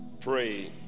pray